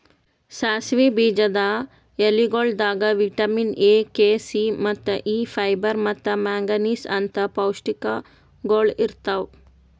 ಸಾಸಿವಿ ಬೀಜದ ಎಲಿಗೊಳ್ದಾಗ್ ವಿಟ್ಯಮಿನ್ ಎ, ಕೆ, ಸಿ, ಮತ್ತ ಇ, ಫೈಬರ್ ಮತ್ತ ಮ್ಯಾಂಗನೀಸ್ ಅಂತ್ ಪೌಷ್ಟಿಕಗೊಳ್ ಇರ್ತಾವ್